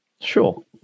Sure